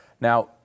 Now